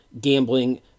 gambling